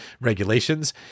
regulations